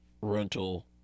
rental